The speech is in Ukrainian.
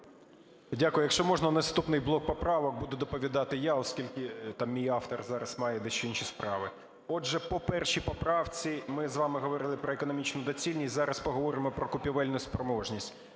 Дякую. Якщо можна, наступний блок поправок буду доповідати я, оскільки там мій автор зараз має дещо інші справи. Отже, по першій поправці ми з вами говорили про економічну доцільність. Зараз поговоримо про купівельну спроможність.